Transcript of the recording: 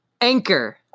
Anchor